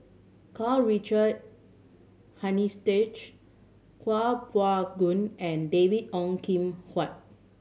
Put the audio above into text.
Karl Richard Hanitsch Kuo Pao Kun and David Ong Kim Huat